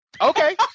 okay